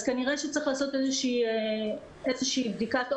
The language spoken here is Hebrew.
אז כנראה שצריך לעשות איזושהי בדיקת עומק.